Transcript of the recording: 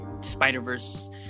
Spider-Verse